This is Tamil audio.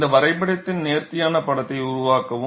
இந்த வரைபடத்தின் நேர்த்தியான படத்தை உருவாக்கவும்